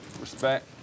Respect